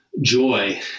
joy